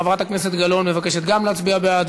חברת הכנסת מבקשת גם להצביע בעד,